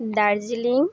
Darjeeling